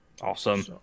awesome